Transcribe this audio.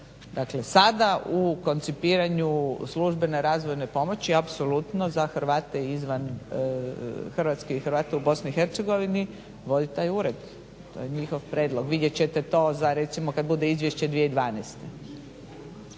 Dakle, sada u koncipiranju službene razvojne pomoći apsolutno za Hrvate izvan Hrvatske i Hrvate u Bosni i Hercegovini vodi taj ured. To je njihov prijedlog. Vidjet ćete to za recimo kad bude izvješće 2012.